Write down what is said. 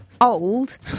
old